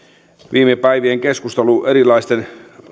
viime päivien keskustelu erilaisten